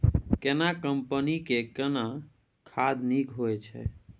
केना कंपनी के केना खाद नीक होय छै?